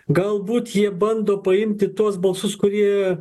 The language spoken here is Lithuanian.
galbūt jie bando paimti tuos balsus kurie